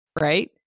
Right